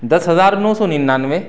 دس ہزار نو سو ننانوے